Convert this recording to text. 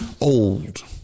old